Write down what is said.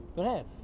don't have